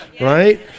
right